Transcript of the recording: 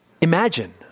Imagine